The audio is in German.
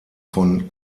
von